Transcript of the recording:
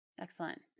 Excellent